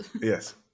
Yes